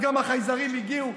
גם החייזרים הגיעו,